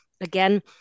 Again